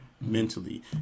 mentally